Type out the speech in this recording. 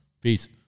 Peace